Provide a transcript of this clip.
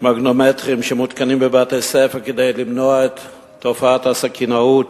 מגנומטרים שמותקנים בבתי-ספר כדי למנוע את תופעות הסכינאות,